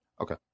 Okay